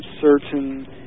certain